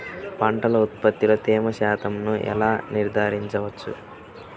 పంటల ఉత్పత్తిలో తేమ శాతంను ఎలా నిర్ధారించవచ్చు?